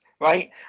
right